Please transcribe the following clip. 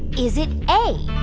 is it a,